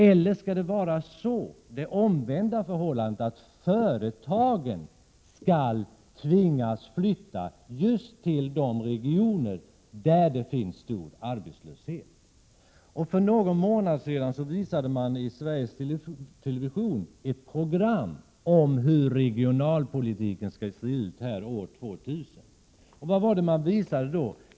Eller skall förhållandet vara det omvända, dvs. att företagen tvingas flytta just till de regioner där det finns stor arbetslöshet? För någon månad sedan visades i Sveriges television ett program om hur regionalpolitiken skall se ut här år 2000. Vad visade man då?